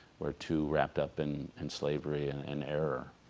we're too wrapped up in and slavery and and error,